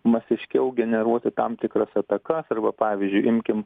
masiškiau generuoti tam tikras atakas arba pavyzdžiui imkim